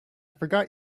forgot